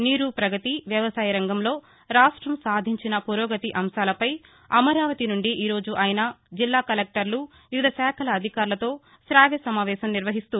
నీరు ప్రగతి వ్యవసాయ రంగంలో రాష్టం సాధించిన పురోగతి అంశాలపై అమరావతి నుండి ఈరోజు ఆయన జిల్లాల కలెక్టర్లు వివిధ శాఖల అధికారులతో శవ్యసమావేశం నిర్వహిస్తూ